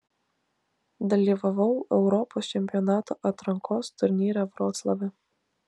dalyvavau europos čempionato atrankos turnyre vroclave